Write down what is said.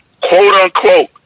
quote-unquote